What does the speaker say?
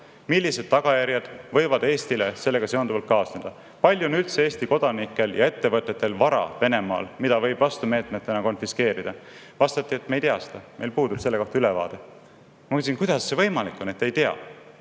millised tagajärjed võivad Eestile sellega seonduvalt kaasneda. Palju on üldse Eesti kodanikel ja ettevõtetel vara Venemaal, mida võib vastumeetmetena konfiskeerida? Vastati: "Me ei tea seda, meil puudub selle kohta ülevaade." Ma küsisin: "Kuidas see võimalik on, et te ei tea?